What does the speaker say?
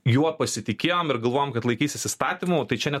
juo pasitikėjom ir galvojom kad laikysis įstatymų tai čia net